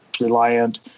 reliant